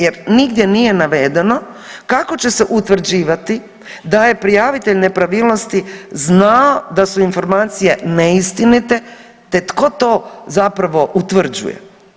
Jer nigdje nije navedeno kako će se utvrđivati da je prijavitelj nepravilnosti znao da su informacije neistinite, te tko to zapravo utvrđuje.